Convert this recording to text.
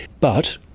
but,